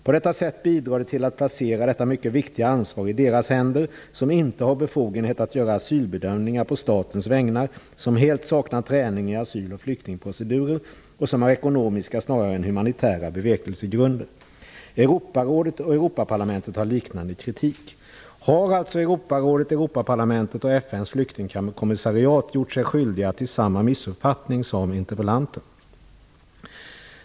På detta sätt bidrar det till att placera detta mycket viktiga ansvar i deras händer som inte har befogenhet att göra asylbedömningar på statens vägnar, som helt saknar träning i asyl och flyktingprocedurer och som har ekonomiska snarare än humanitära bevekelsegrunder." Europarådet och Europaparlamentet har liknande kritik. Har alltså Europarådet, Europaparlamentet och FN:s flyktingkommissariat gjort sig skyldiga till samma missuppfattning som interpellanten?